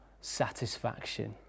satisfaction